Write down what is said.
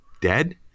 dead